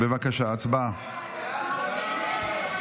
בבקשה, הצבעה.